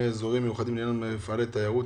אזורים מיוחדים לעניין מפעלי תיירות),